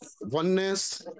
Oneness